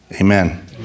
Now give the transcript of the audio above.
Amen